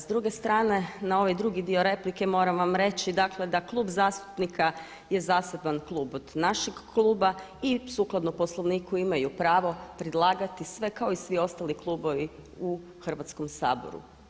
S druge strane, na ovaj drugi dio replike moram vam reći, dakle da klub zastupnika je zaseban klub od našeg kluba i sukladno Poslovniku imaju pravo predlagati sve kao i svi ostali klubovi u Hrvatskom saboru.